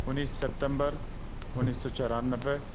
انیس September انیس سو چورانوے